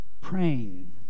Praying